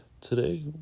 Today